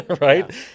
Right